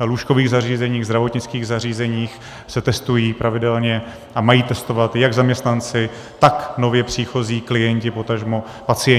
lůžkových zařízeních, zdravotnických zařízeních se testují pravidelně a mají testovat jak zaměstnanci, tak nově příchozí klienti, potažmo pacienti.